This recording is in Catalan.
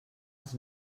els